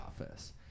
office